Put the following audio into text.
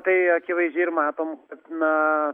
tai akivaizdžiai ir matom na